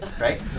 Right